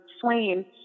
Swain